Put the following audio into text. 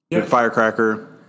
firecracker